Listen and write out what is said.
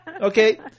Okay